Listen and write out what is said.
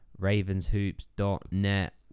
ravenshoops.net